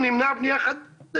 אמרתי עוד פעם,